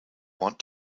want